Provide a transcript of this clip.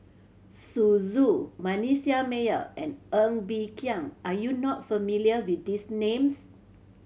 Zu Manasseh Meyer and Ng Bee Kia are you not familiar with these names